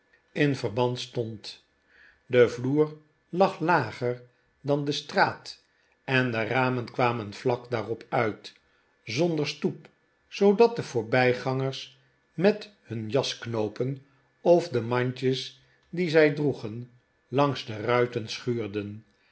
de voorbijverband stond de vloer lag lager dan de straat en de ramen kwamen vlak daarop uit zonder stoep zoodat de voorbijgangers met hun jasknoopen of de mandjes die zij droegen langs de ruiten schuurden